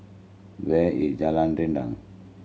where is Jalan Rendang